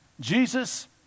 Jesus